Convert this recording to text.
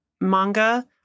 manga